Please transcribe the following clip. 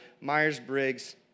Myers-Briggs